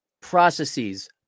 processes